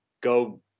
go